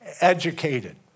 educated